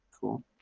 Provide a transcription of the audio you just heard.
Cool